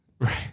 Right